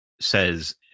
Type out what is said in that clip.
Says